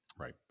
Right